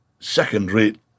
second-rate